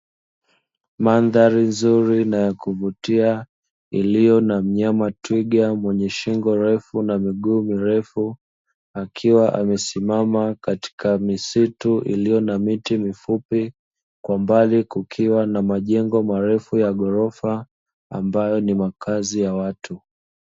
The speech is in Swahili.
Mandhari nzuri na ya kuvutia iliyo na mnyama twiga mwenye shingo ndefu na miguu mirefu, akiwa amesimama katika misitu iliyo na miti mifupi. Kwa mbali kukiwa na majengo marefu ya ghorofa ambayo ni makazi ya watu.